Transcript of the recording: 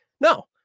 No